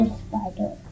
spider